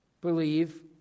Believe